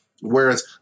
whereas